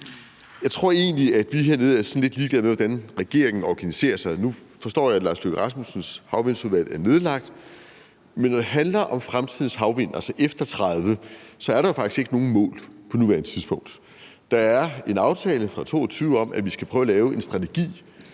Jeg tror egentlig, at vi hernede er lidt ligeglade med, hvordan regeringen organiserer sig. Nu forstår jeg, at hr. Lars Løkke Rasmussens havvindsudvalg er nedlagt. Men når det handler om fremtidens havvindenergi efter 2030, er der jo faktisk ikke nogen mål på nuværende tidspunkt. Der er en aftale fra 2022 om, at vi skal prøve at lave en strategi,